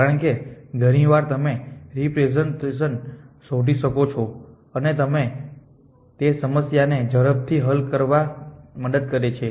કારણ કે ઘણી વાર તમે રેપ્રેસેંટેશન શોધી શકો છો અને તે સમસ્યાને ઝડપથી હલ કરવા મદદ કરે છે